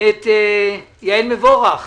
את יעל מבורך.